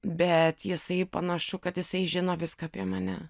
bet jisai panašu kad jisai žino viską apie mane